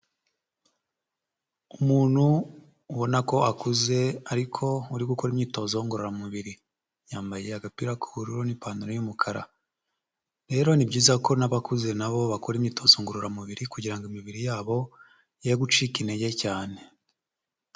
Umuntu ubona ko akuze ariko uri gukora imyitozo ngororamubiri, yambaye agapira k'ubururu n'ipantaro y'umukara, rero ni byiza ko n'abakuze nabo bakora imyitozo ngororamubiri kugira ngo imibiri yabo ye gucika intege cyane.